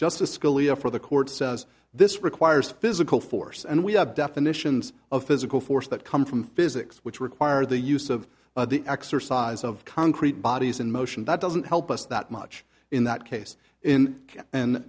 scalia for the court says this requires physical force and we have definitions of physical force that come from physics which require the use of the exercise of concrete bodies in motion that doesn't help us that much in that case in